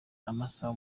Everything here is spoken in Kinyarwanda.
amasaha